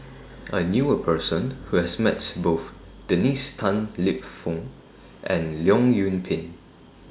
I knew A Person Who has Met Both Dennis Tan Lip Fong and Leong Yoon Pin